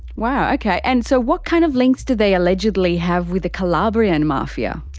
wow, okay. and so what kind of links do they allegedly have with the calabrian mafia?